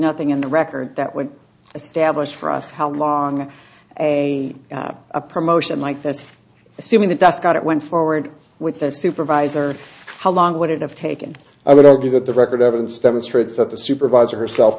nothing in the record that would establish for us how long a a promotion like this assuming the dust got it went forward with the supervisor how long would it have taken i would argue that the record evidence demonstrates that the supervisor herself